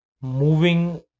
moving